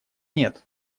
нет